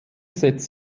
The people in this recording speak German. setzt